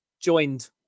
joined